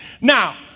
Now